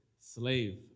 slave